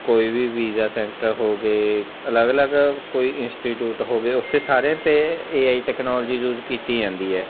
ਕੋਈ ਵੀ visa centre ਹੋ ਗਏ ਅਲੱਗ ਅਲੱਗ ਕੋਈ ਇੰਸਟੀਟਿਊਟ ਹੋ ਗਏ ਉੱਥੇ ਸਾਰਿਆਂ 'ਤੇ ਏ ਆਈ ਟੈਕਨੋਲਜੀ ਯੂਜ ਕੀਤੀ ਜਾਂਦੀ ਹੈ